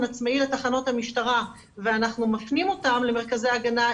עצמאי לתחנות המשטרה ואנחנו מפנים אותם למרכזי ההגנה,